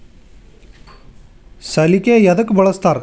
ಸಲಿಕೆ ಯದಕ್ ಬಳಸ್ತಾರ?